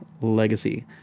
legacy